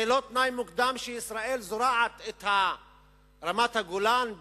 זה לא תנאי מוקדם שישראל זורעת את רמת-הגולן בהתנחלויות?